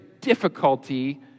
difficulty